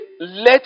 let